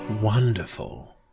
wonderful